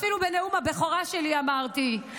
אפילו בנאום הבכורה שלי אמרתי.